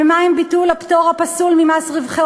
ומה עם ביטול הפטור הפסול ממס רווחי